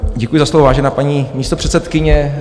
Děkuji za slovo, vážená paní místopředsedkyně.